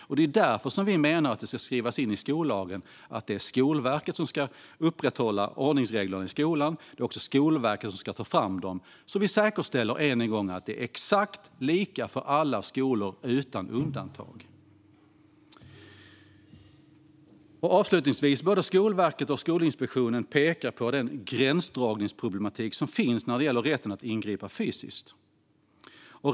Av denna anledning ska det skrivas in i skollagen att det är Skolverket som ska upprätthålla ordningsreglerna i skolan. Det är också Skolverket som ska också ta fram dem. På så vis säkerställer att det utan undantag är exakt lika för alla skolor. Avslutningsvis: Både Skolverket och Skolinspektionen pekar på den gränsdragningsproblematik som finns när det gäller rätten att ingripa fysiskt.